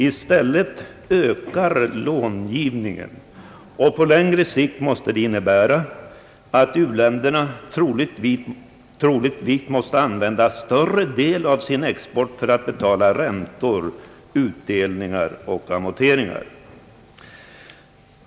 I stället ökar långivningen. På längre sikt måste detta innebära att u-länderna måste använda större del av sin export för att betala räntor, utdelningar och amorteringar.